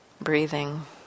Breathing